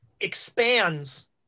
expands